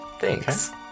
Thanks